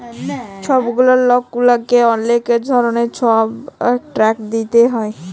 ছব গুলা লক গুলাকে অলেক রকমের ছব ট্যাক্স দিইতে হ্যয়